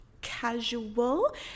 Casual